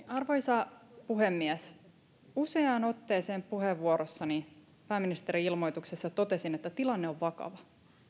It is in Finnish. arvoisa puhemies useaan otteeseen puheenvuorossani pääministerin ilmoituksessa totesin että tilanne on vakava